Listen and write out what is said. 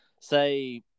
say